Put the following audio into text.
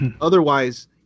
Otherwise